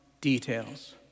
details